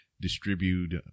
distribute